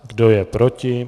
Kdo je proti?